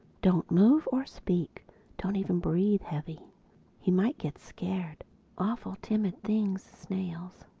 don't move or speak don't even breathe heavy he might get scared awful timid things, snails.